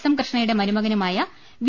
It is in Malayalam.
എം കൃഷ്ണയുടെ മരുമകനുമായ വി